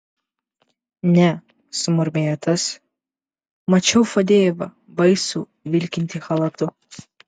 ne sumurmėjo tas mačiau fadejevą baisų vilkintį chalatu